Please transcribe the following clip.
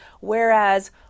whereas